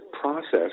process